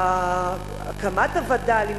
הקמת הווד"לים,